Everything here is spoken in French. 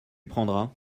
prendras